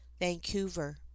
Vancouver